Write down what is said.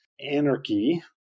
anarchy